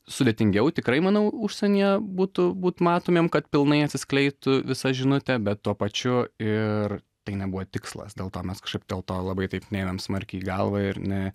sudėtingiau tikrai manau užsienyje būtų būt matomiem kad pilnai atsiskleistų visa žinutė bet tuo pačiu ir tai nebuvo tikslas dėl to mes kažkaip dėl to labai taip neėmėm smarkiai į galvą ir ne